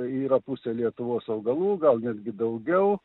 yra pusė lietuvos augalų gal netgi daugiau